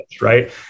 right